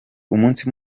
umunsi